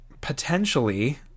potentially